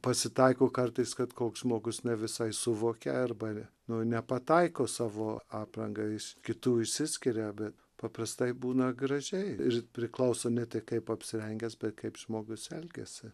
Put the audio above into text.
pasitaiko kartais kad koks žmogus ne visai suvokia arba nepataiko savo apranga iš kitų išsiskiria bet paprastai būna gražiai ir priklauso ne tik kaip apsirengęs bet kaip žmogus elgiasi